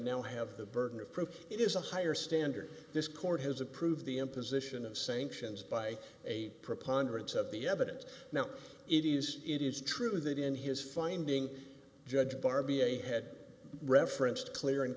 now have the burden of proof it is a higher standard this court has approved the imposition of sanctions by a preponderance of the evidence now it is it is true that in his finding judge bar b a had referenced clear and